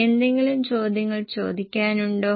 എന്തെങ്കിലും ചോദ്യങ്ങൾ ചോദിക്കാനുണ്ടോ